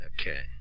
Okay